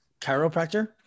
chiropractor